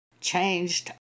Changed